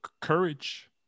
courage